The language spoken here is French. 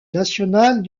national